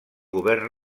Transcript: govern